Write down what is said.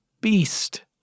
beast